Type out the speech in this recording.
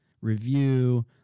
Review